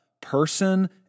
person